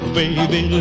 baby